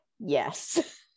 Yes